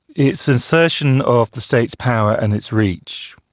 it's assertion of the state's power and its reach.